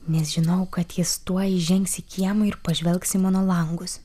nes žinojau kad jis tuoj įžengs į kiemą ir pažvelgs į mano langus